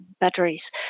batteries